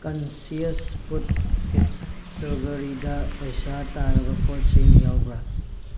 conscious food ꯀꯦꯇꯦꯒꯣꯔꯤꯗ ꯄꯩꯁꯥ ꯇꯥꯔꯕ ꯄꯣꯠ ꯁꯤꯡ ꯌꯥꯎꯕ꯭ꯔꯥ